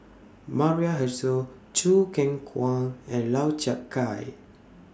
Maria Hertogh Choo Keng Kwang and Lau Chiap Khai